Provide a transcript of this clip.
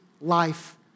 life